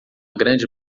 grande